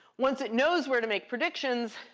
once it knows where to make predictions,